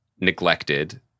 neglected